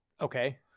okay